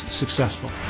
successful